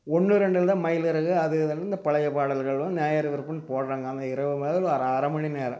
ஒன்று ரெண்டு இல்லை மயில் இறகு அது இதுன்னு இந்தப் பழைய பாடல்களும் நேயர் விருப்பனு போடுறாங்க அந்த இரவு மேல் ஒரு அரை மணி நேரம்